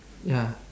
ya